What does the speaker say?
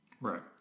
Right